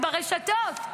הם ברשתות.